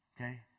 okay